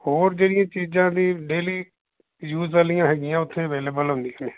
ਹੋਰ ਜਿਹੜੀਆਂ ਚੀਜ਼ਾਂ ਵੀ ਡੇਲੀ ਯੂਜ਼ ਵਾਲੀਆਂ ਹੈਗੀਆਂ ਉੱਥੇ ਅਵੇਲੇਬਲ ਹੁੰਦੀਆਂ ਨੇ